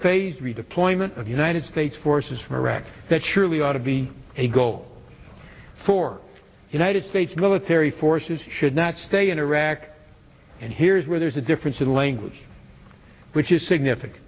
phased redeployment of united states forces from iraq that surely ought to be a goal for united states military forces should not stay in iraq and here's where there's a difference in language which is significant